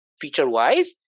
feature-wise